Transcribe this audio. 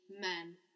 men